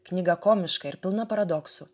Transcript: knyga komiška ir pilna paradoksų